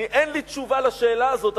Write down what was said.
אני, אין לי תשובה על השאלה הזאת.